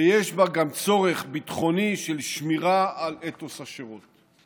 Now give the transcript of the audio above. ויש בה גם צורך ביטחוני של שמירה על אתוס השירות.